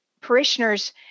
parishioners